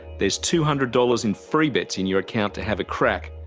there's two hundred dollars in free bets in your account to have a crack.